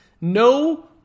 no